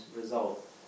result